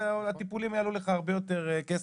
הטיפולים יעלו לך הרבה יותר כסף.